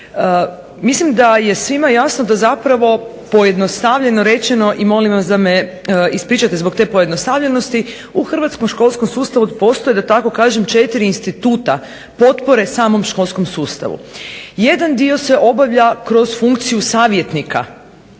Mislim da je svima jasno da zapravo pojednostavljeno rečeno i molim vas da me ispričate zbog te pojednostavljenosti u hrvatskom školskom sustavu postoje da tako kažem 4 instituta potpore samom školskom sustavu. Jedan dio se obavlja kroz funkciju savjetnika